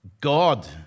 God